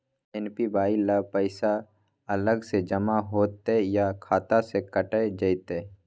APY ल पैसा अलग स जमा होतै या खाता स कैट जेतै?